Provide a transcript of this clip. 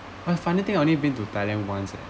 uh funny thing I've only been to thailand once eh